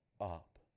up